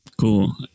Cool